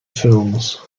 films